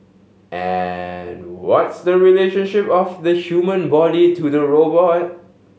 and what's the relationship of the human body to the robot